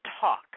talk